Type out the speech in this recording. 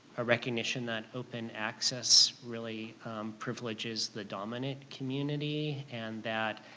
a recognition that open access really privileges the dominant community, and that